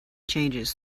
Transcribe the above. changes